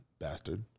Bastard